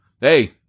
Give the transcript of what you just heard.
hey